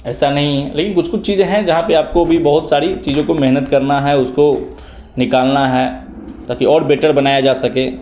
ऐसा नहीं है लेकिन कुछ कुछ चीज़ें हैं जहाँ पे आपको भी बहुत सारी चीज़ों को मेहनत करना है उसको निकालना है ताकि और बेटर बनाया जा सके